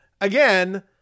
again